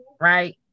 right